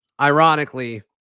ironically